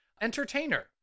entertainer